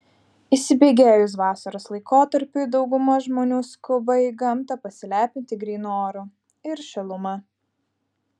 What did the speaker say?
įsibėgėjus vasaros laikotarpiui dauguma žmonių skuba į gamtą pasilepinti grynu oru ir šiluma